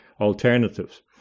alternatives